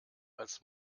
als